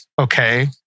okay